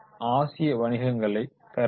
ஆசிய வணிகங்களைக் கற்பிக்கும்